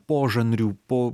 požanrių po